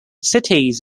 cities